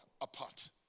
apart